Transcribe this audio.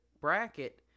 bracket